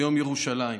ביום ירושלים.